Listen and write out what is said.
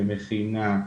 במכינה,